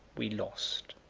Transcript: we lost.